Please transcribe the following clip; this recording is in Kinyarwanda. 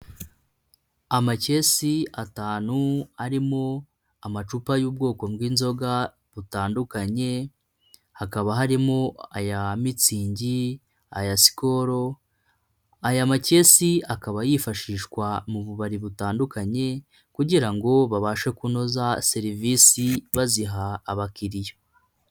Amakesi atanu arimo amacupa y'ubwoko bw'inzoga butandukanye, hakaba harimo aya mitsingi n' aya Skol . Aya makesi akaba yifashishwa mu bubari butandukanye kugira ngo babashe kunoza serivisi baziha abakiriya.